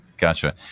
Gotcha